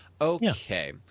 Okay